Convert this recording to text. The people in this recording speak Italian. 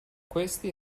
questi